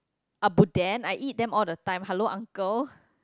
abuden I eat them all the time hello uncle